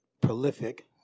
prolific